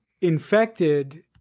infected